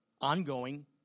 ongoing